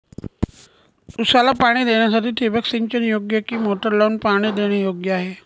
ऊसाला पाणी देण्यासाठी ठिबक सिंचन योग्य कि मोटर लावून पाणी देणे योग्य आहे?